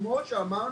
כמו שאמרנו,